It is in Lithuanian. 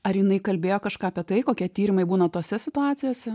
ar jinai kalbėjo kažką apie tai kokie tyrimai būna tose situacijose